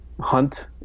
hunt